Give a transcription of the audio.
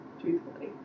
truthfully